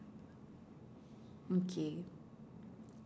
okay